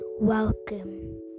welcome